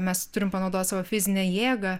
mes turim panaudot savo fizinę jėgą